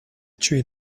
tree